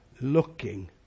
looking